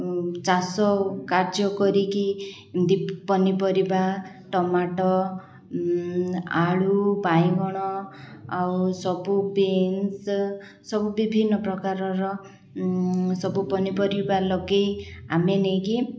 ଚାଷ କାର୍ଯ୍ୟ କରିକି ଦି ପନିପରିବା ଟମାଟୋ ଆଳୁ ବାଇଗଣ ଆଉ ସବୁ ବିନ୍ସ ସବୁ ବିଭିନ୍ନ ପ୍ରକାରର ସବୁ ପନିପରିବା ଲଗେଇ ଆମେ ନେଇକି